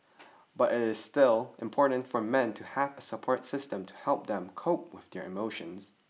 but it is still important for men to have a support system to help them cope with their emotions